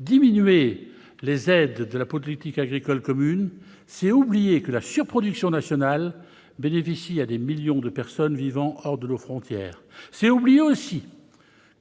Diminuer les aides de la politique agricole commune, c'est oublier que la surproduction nationale bénéficie à des millions de personnes vivant hors de nos frontières ; c'est oublier aussi